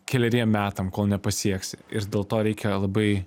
keleriem metam kol nepasieksi ir dėl to reikia labai